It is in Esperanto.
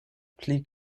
pli